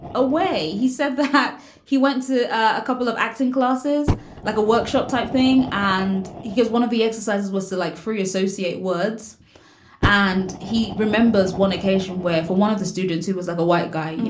a way he said that he went to a couple of acting classes like a workshop type thing. and he is one of the exercises was to like free associate words and he remembers one occasion where for one of the students who was like a white guy, you